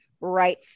right